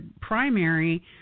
primary